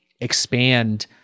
expand